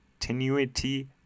Continuity